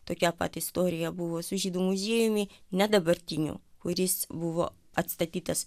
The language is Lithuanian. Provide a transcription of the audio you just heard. tokia pat istorija buvo su žydų muziejumi ne dabartiniu kuris buvo atstatytas